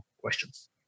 questions